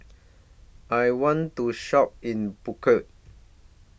I want to Shop in Baku